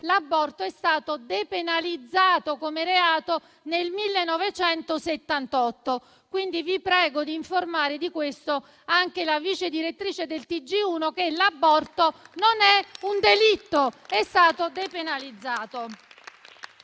l'aborto sia stato depenalizzato come reato nel 1978: vi prego quindi di informare anche la vice direttrice del TG1 che l'aborto non è un delitto, ma è stato depenalizzato.